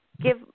give